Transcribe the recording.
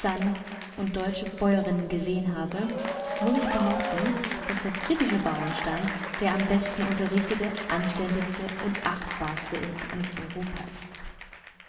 und deutsche bäuerinnen gesehen habe muß ich behaupten daß der brittische bauernstand der am besten unterrichtete anständigste und achtbarste in ganz europa ist